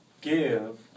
give